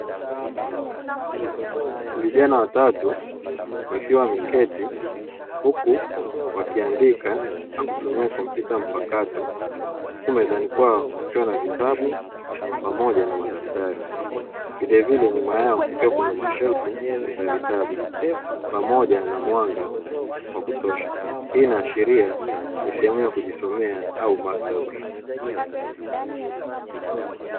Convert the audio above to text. Vijana watatu wakiwa wameketi huku wakiandika kwa kutumia kompyuta mpakato huku mezani kwao kukiwa na vitabu, pamoja na madaftari, vilevile nyuma yao kukiwa na mashelfu ya vitabu, pamoja na mwanga wa kutosha, hii inaashiria sehemu ya kujisomea au maktaba.